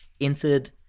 entered